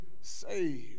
saved